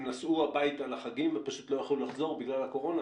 הם נסעו הביתה לחגים ופשוט לא יכלו לחזור בגלל הקורונה?